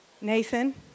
Nathan